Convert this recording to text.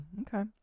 Okay